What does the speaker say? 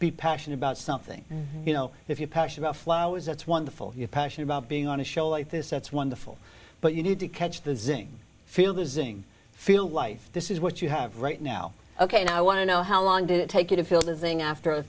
be passionate about something you know if your passion about flowers that's wonderful your passion about being on a show like this that's wonderful but you need to catch the zing field losing feel life this is what you have right now ok i want to know how long did it take you to feel dizzying after a